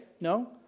no